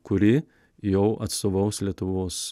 kuri jau atstovaus lietuvos